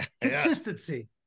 consistency